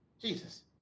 Jesus